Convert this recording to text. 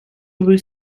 rue